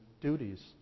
duties